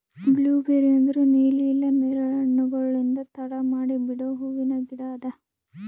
blueberry ಅಂದುರ್ ನೀಲಿ ಇಲ್ಲಾ ನೇರಳೆ ಹಣ್ಣುಗೊಳ್ಲಿಂದ್ ತಡ ಮಾಡಿ ಬಿಡೋ ಹೂವಿನ ಗಿಡ ಅದಾ